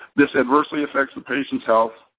this adversely affects the patient's health,